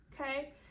Okay